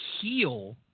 heal